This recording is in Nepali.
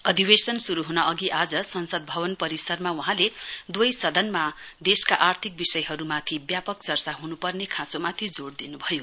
अधिवेशन शर हन अघि आज संसद भवन परिसरमा वहाँले दुवै सदनमा देशका आर्थिक विषयहरुमाथि ब्यापक चर्चा हुनुपर्ने खाँचोमाथि जोड़ दिनु भयो